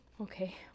okay